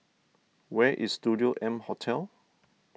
where is Studio M Hotel